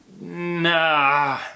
Nah